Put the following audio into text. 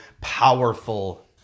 powerful